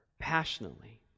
passionately